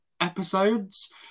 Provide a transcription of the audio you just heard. episodes